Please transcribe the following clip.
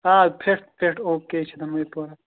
آ fit fit okay چھِ دۅنوے پور اَتھ